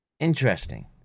Interesting